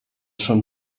schon